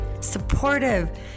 supportive